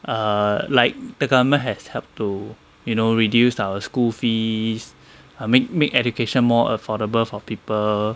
err like the government has helped to you know reduced our school fees err make make education more affordable for people